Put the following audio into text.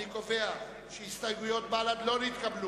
אני קובע שההסתייגויות של בל"ד לא נתקבלו.